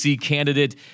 candidate